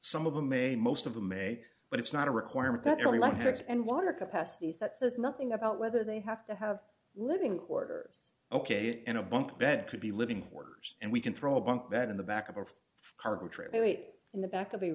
some of them may most of them may but it's not a requirement that really like text and water capacities that says nothing about whether they have to have living quarters ok in a bunk bed could be living quarters and we can throw a bunk bed in the back of a arbitrate in the back of the